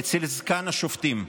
אצל זקן השופטים.